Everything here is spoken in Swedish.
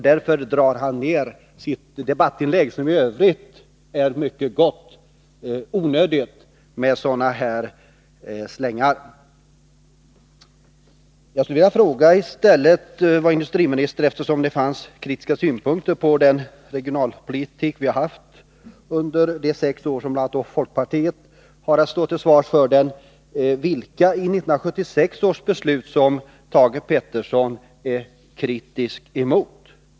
Därför drog han onödigtvis ned sitt debattinlägg, som i övrigt var mycket bra, med sådana här slängar. Eftersom industriministern hade kritiska synpunkter på den regionalpolitik som vi fört under de sex år då bl.a. folkpartiet har att stå till svars för den, skulle jag vilja fråga industriministern vilka av 1976 års beslut som Thage Peterson är kritisk emot.